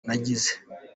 nagize